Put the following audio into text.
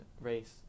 race